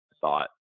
thought